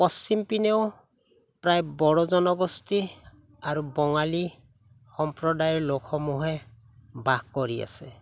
পশ্চিমপিনেও প্ৰায় বড়ো জনগোষ্ঠী আৰু বঙালী সম্প্ৰদায়ৰ লোকসমূহে বাস কৰি আছে